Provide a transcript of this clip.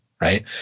right